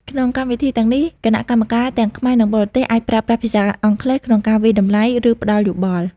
ក្នុងកម្មវិធីទាំងនេះ គណៈកម្មការទាំងខ្មែរនិងបរទេសអាចប្រើប្រាស់ភាសាអង់គ្លេសក្នុងការវាយតម្លៃ ឬផ្តល់យោបល់។